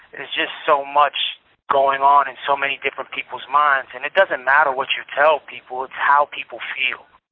there's just so much going on in so many different people's minds. and it doesn't matter what you tell people. it's how people feel.